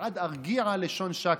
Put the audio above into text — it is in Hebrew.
"ועד ארגיעה לשון שקר"